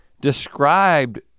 described